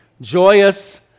joyous